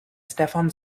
stefan